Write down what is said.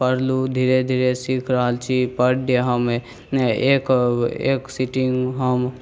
पढ़लहुँ धीरे धीरे सीखि रहल छी पर डे हम एक एक सिटिङ्ग हम